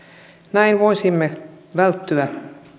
näin voisimme välttyä